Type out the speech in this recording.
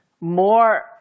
more